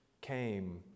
came